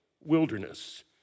wilderness